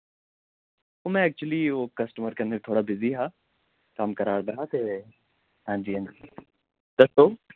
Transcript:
ओह् में एक्चुअली ओ कस्टमर कन्नै थोह्ड़ा बिजी हा कम्म करा दा हा ते हां जी हां जी दस्सो